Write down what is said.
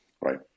right